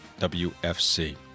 WFC